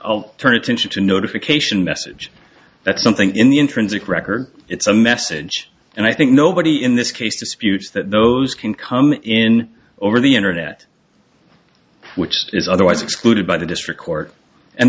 turn attention to notification message that something in the intrinsic record it's a message and i think nobody in this case disputes that those can come in over the internet which is otherwise excluded by the district court and